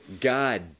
God